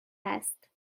است